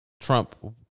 Trump